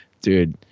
dude